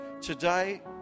Today